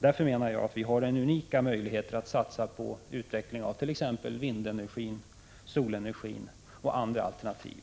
Jag menar att vi har unika möjligheter att satsa på utveckling av t.ex. vindenergi, solenergi och andra alternativ.